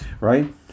right